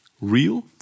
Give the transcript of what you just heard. real